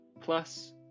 plus